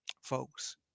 folks